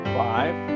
five